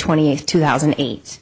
twenty eighth two thousand and eight